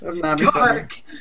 dark